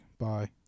bye